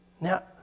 Now